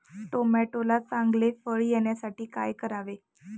टोमॅटोला चांगले फळ येण्यासाठी काय करावे?